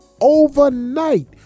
overnight